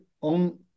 on